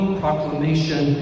proclamation